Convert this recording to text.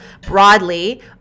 broadly